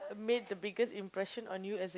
made the biggest impression on you as a